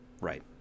Right